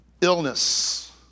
illness